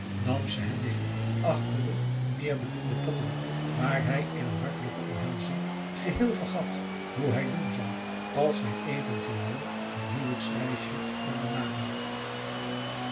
nam ze hem mee achter de meerbedoelde potten waar hij in een hartelijke omhelzing geheel vergat hoe hij doen zou als zij eventueel hun huwelijksreisje